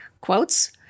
quotes